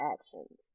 actions